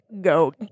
go